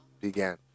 began